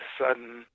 sudden